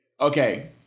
Okay